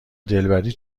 دلبری